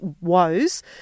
woes